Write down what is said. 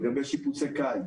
לגבי שיפוצי קיץ